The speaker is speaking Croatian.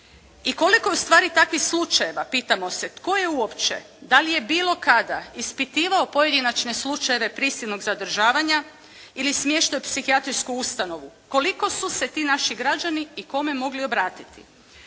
I koliko je ustvari takvih slučajeva pitamo se, tko je uopće, da li je bilo kada ispitivao pojedinačne slučajeve prisilnog zadržavanja ili smještaja u psihijatrijsku ustanovu, koliko su se ti naši građani i kome mogli obratiti.